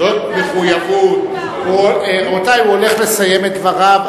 זאת מחויבות, רבותי, הוא הולך לסיים את דבריו.